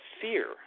fear